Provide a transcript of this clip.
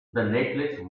necklace